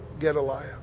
Gedaliah